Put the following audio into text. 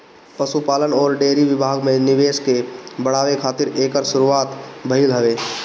पशुपालन अउरी डेयरी विभाग में निवेश के बढ़ावे खातिर एकर शुरुआत भइल हवे